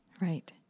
Right